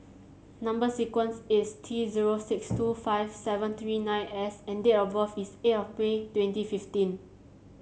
number sequence is T zero six two five seven three nine S and date of birth is eight of May twenty fifteen